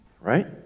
Right